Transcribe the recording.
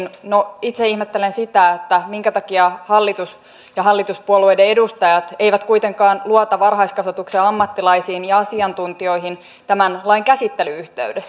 no itse ihmettelen sitä minkä takia hallitus ja hallituspuolueiden edustajat eivät kuitenkaan luota varhaiskasvatuksen ammattilaisiin ja asiantuntijoihin tämän lain käsittelyn yhteydessä